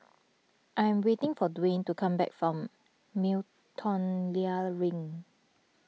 I am waiting for Dewayne to come back from Miltonia Link